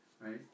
right